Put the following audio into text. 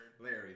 Larry